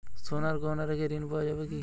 সোনার গহনা রেখে ঋণ পাওয়া যাবে কি?